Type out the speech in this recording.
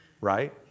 right